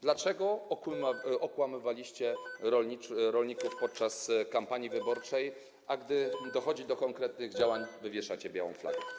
Dlaczego okłamywaliście rolników podczas kampanii wyborczej, a gdy dochodzi do konkretnych działań, wywieszacie białą flagę?